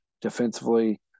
defensively